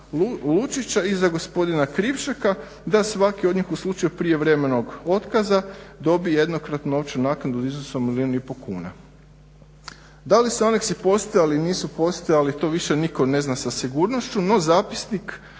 Lučića i za gospodina Krivšeka, da svaki od njih u slučaju prijevremenog otkaza dobije jednokratnu novčanu naknadu u iznosu od milijun i po kuna. Da li su aneksi postojali, nisu postojali to više nitko ne zna sa sigurnošću, no zapisnik